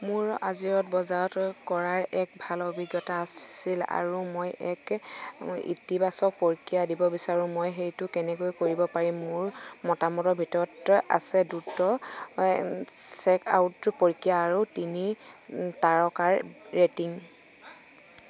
মোৰ আজিঅ'ত বজাৰ কৰাৰ এক ভাল অভিজ্ঞতা আছিল আৰু মই এক ইতিবাচক প্ৰক্ৰিয়া দিব বিচাৰোঁ মই সেইটো কেনেকৈ কৰিব পাৰিম মোৰ মতামতৰ ভিতৰত আছে দ্ৰুত চেক আউট প্ৰক্ৰিয়া আৰু তিনি তাৰকাৰ ৰেটিং